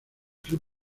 club